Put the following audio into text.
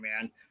man